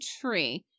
tree